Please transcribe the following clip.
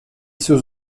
sus